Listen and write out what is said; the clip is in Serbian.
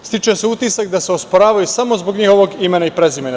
Stiče se utisak da se osporavaju samo zbog njihovog imena i prezimena.